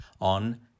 on